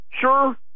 sure